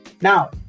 now